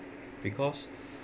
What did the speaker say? because